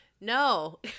no